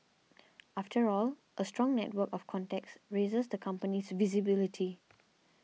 after all a strong network of contacts raises the company's visibility